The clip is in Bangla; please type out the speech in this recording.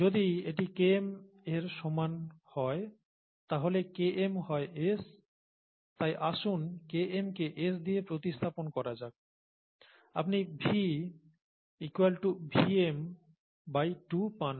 যদি এটি Km এর সমান হয় তাহলে Km হয় S তাই আসুন Km কে S দিয়ে প্রতিস্থাপন করা যাক আপনি V VmSS S বা V Vm2 পান